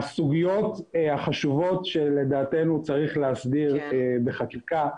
הסוגיות החשובות שלדעתנו צריך להסדיר בחקיקה,